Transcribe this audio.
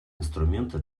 инструмента